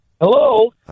Hello